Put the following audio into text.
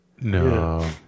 No